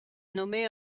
nommée